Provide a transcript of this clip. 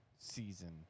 season